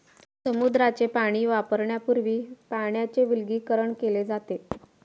समुद्राचे पाणी वापरण्यापूर्वी पाण्याचे विलवणीकरण केले जाते